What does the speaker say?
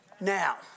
Now